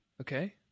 Okay